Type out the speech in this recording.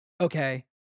okay